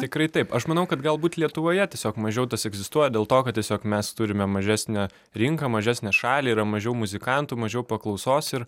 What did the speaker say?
tikrai taip aš manau kad galbūt lietuvoje tiesiog mažiau tas egzistuoja dėl to kad tiesiog mes turime mažesnę rinką mažesnę šalį yra mažiau muzikantų mažiau paklausos ir